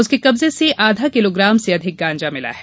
उसके कब्जे से आधा किलोग्राम से अधिक गांजा मिला है